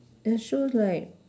her shoes like